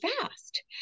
fast